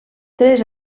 tres